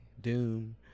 Doom